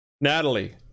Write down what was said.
Natalie